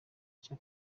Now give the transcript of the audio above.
cya